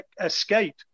escape